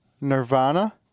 Nirvana